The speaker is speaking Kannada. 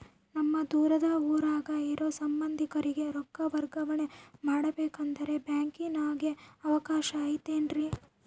ನಮ್ಮ ದೂರದ ಊರಾಗ ಇರೋ ಸಂಬಂಧಿಕರಿಗೆ ರೊಕ್ಕ ವರ್ಗಾವಣೆ ಮಾಡಬೇಕೆಂದರೆ ಬ್ಯಾಂಕಿನಾಗೆ ಅವಕಾಶ ಐತೇನ್ರಿ?